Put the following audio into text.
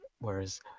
whereas